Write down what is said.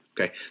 Okay